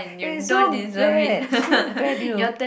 eh so bad so bad you